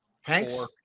Hanks